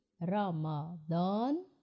Ramadan